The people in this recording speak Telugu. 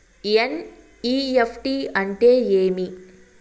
ఎన్.ఇ.ఎఫ్.టి అంటే ఏమి